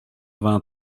vingt